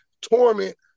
torment